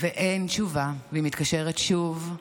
ואין תשובה, היא מתקשרת שוב,